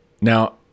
Now